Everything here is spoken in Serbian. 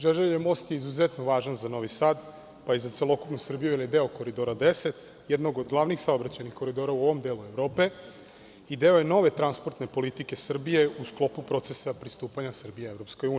Žeželjev most je izuzetno važan za Novi Sad, pa i za celokupnu Srbiju, jer je deo Koridora 10, jednog od glavnih saobraćajnih koridora u ovom delu Evrope i deo je nove transportne politike Srbije u sklopu procesa pristupanja Srbije EU.